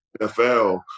NFL